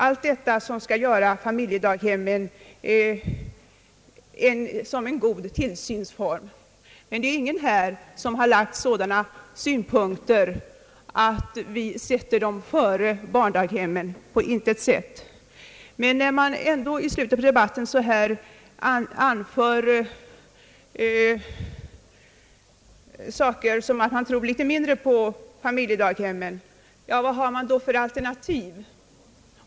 Allt detta är faktorer som skall göra familjedaghemmen till en god tillsynsform, men det är ju ingen här som på något vis vill sätta dem före barndaghemmen. När man ändå så här i slutet av de batten anför saker och ting som visar att man tror mindre på familjedaghemmen, så vill jag fråga: Vad har man då för alternativ?